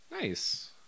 Nice